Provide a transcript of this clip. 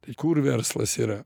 tai kur verslas yra